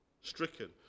Stricken